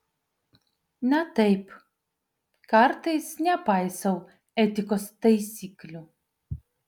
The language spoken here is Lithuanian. na taip kartais nepaisau etikos taisyklių